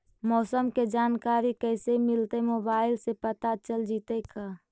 मौसम के जानकारी कैसे मिलतै मोबाईल से पता चल जितै का?